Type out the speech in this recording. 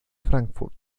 frankfurt